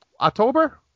October